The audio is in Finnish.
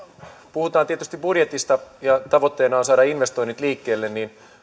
puhutaan tietysti budjetista ja tavoitteena on saada investoinnit liikkeelle niin